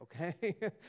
okay